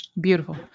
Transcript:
Beautiful